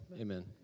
amen